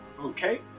Okay